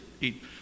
eat